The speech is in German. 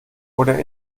oder